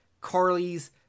Carly's